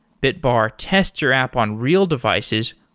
bitbar tests your app on real devices,